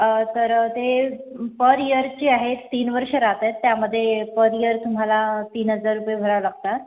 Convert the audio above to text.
तर ते पर ईयरचे आहेत तीन वर्ष राहत आहे त्यामध्ये पर ईयर तुम्हाला तीन हजार रुपये भरावं लागतात